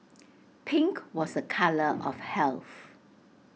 pink was A colour of health